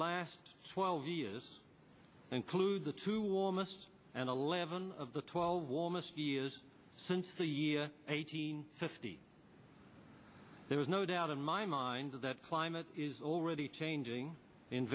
last twelve years include the two warmest and eleven of the twelve warmest years since the year eighteen fifty there is no doubt in my mind that climate is already changing